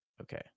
Okay